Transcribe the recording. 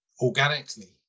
organically